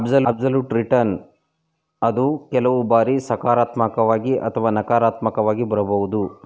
absolute return ಅದು ಕೆಲವು ಬಾರಿ ಸಕಾರಾತ್ಮಕವಾಗಿ ಅಥವಾ ನಕಾರಾತ್ಮಕವಾಗಿ ಬರಬಹುದು